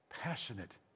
Passionate